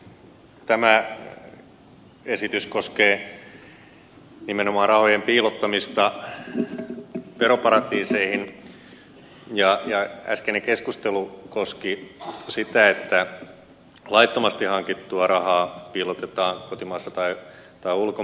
tämä esitys koskee nimenomaan rahojen piilottamista veroparatiiseihin ja äskeinen keskustelu koski sitä että laittomasti hankittua rahaa piilotetaan kotimaassa tai ulkomailla